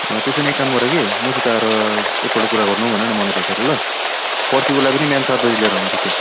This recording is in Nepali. हो त्यसो हो भने एक काम गर कि मसित आएर एक पल्ट कुरा गर्नु भन न मलाई भेटेर ल पर्सि उसलाई पनि बिहान सात बजी लिएर आउनु ठिकै